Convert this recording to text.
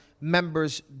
members